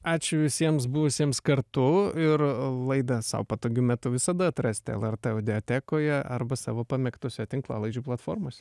ačiū visiems buvusiems kartu ir laidą sau patogiu metu visada atrasite lrt audiatekoje arba savo pamėgtose tinklalaidžių platformose